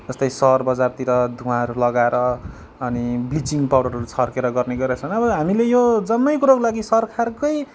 जस्तै सहर बजारतिर धुवाहरू लगाएर अनि ब्लिचिङ पाउडरहरू छर्केर गर्नेगरेका छन् अब हामीले यो जम्मै कुरोको लागि सरकारकै